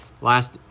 last